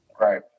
Right